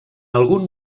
algun